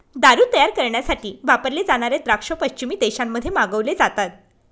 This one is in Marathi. दारू तयार करण्यासाठी वापरले जाणारे द्राक्ष पश्चिमी देशांमध्ये मागवले जातात